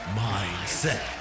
mindset